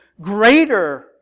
greater